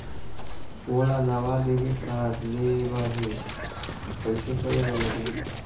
मोला नावा debit card लेबर हे, कइसे करे बर लगही?